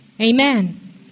Amen